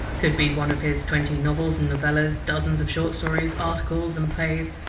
could be one of his twenty novels and novellas, dozens of short stories, articles, and plays,